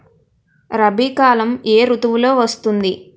రబీ కాలం ఏ ఋతువులో వస్తుంది?